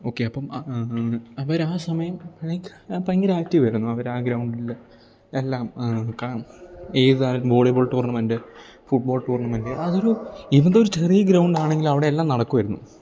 okay അപ്പം അവർ ആ സമയം ലൈക്ക് ഭയങ്കര ആക്റ്റീവ് ആയിരുന്നു അവരാ ഗ്രൗണ്ടിൽ എല്ലാം ഏതായാലും വോളിബോൾ ടൂർണമെൻറ് ഫുട്ബോൾ ടൂർണമെൻറ് അതൊരു ഇവൻ ദോ ഒരു ചെറിയ ഗ്രൗണ്ട് ആണങ്കിലും അവിടെ എല്ലാം നടക്കുമായിരുന്നു